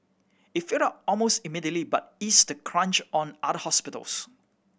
it filled up almost immediately but eased the crunch on other hospitals